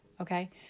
Okay